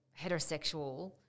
heterosexual